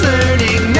Learning